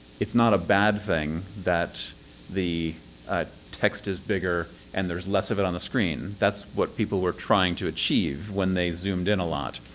it's not a bad thing that the ah text is bigger and there's less of it on the screen. that's what people were trying to achieve when they zoomed in a lot.